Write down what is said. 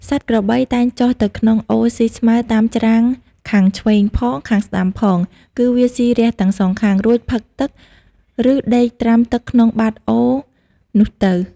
សត្វក្របី តែងចុះទៅក្នុងអូរស៊ីស្មៅតាមច្រាំងខាងឆ្វេងផង ខាងស្ដាំផង គឺវាស៊ីរះទាំងសងខាង រួចផឹកទឹក ឬដេកត្រាំទឹកក្នុងបាតអូរនោះទៅ ។